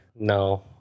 No